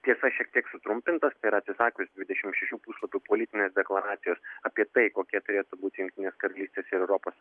tiesa šiek tiek sutrumpintas tai yra atsisakius dvidešim šešių puslapių politinės deklaracijos apie tai kokia turėtų būti jungtinės karalystės ir europos